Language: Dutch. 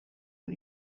een